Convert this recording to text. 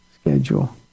schedule